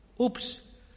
Oops